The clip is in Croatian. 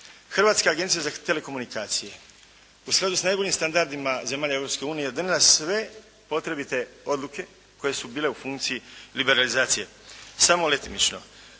Hrvatska agencija za telekomunikacije u skladu s najboljim standardima zemalja Europske unije donijela je sve potrebite odluke koje su bile u funkciji liberalizacije, samo letimično.